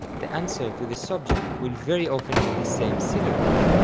the answer to the subject will very often have the same syllables.